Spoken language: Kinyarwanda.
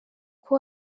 uko